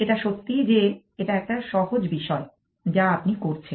এটা সত্যি যে এটা একটা সহজ বিষয় যা আপনি করছেন